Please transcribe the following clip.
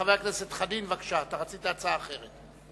חבר הכנסת חנין, בבקשה, אתה רצית הצעה אחרת.